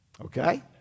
Okay